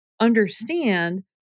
understand